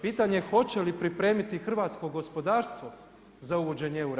Pitanje, hoće li pripremiti hrvatsko gospodarstvo za uvođenje eura?